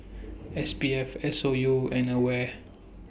S B F S O U and AWARE